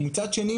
ומצד שני,